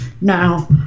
now